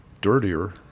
dirtier